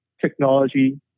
technology